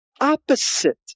opposite